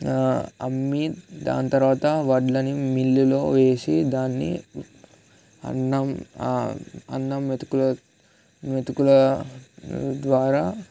అమ్మి దాని తరువాత వడ్లని మిల్లులో వేసి దాన్ని అన్నం ఆ అన్నం మెతుకుల మెతుకుల ద్వారా